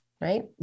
Right